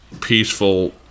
peaceful